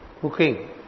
cooking